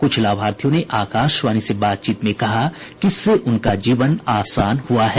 कुछ लाभार्थियों ने आकाशवाणी से बातचीत में कहा कि इससे उनका जीवन आसान हुआ है